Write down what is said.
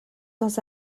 dans